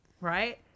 Right